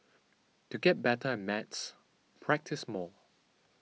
to get better at maths practise more